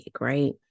right